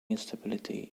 instability